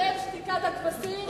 אתם, שתיקת הכבשים?